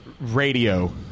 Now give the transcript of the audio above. Radio